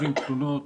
מקבלים תלונות,